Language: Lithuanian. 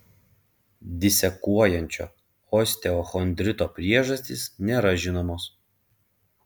disekuojančio osteochondrito priežastys nėra žinomos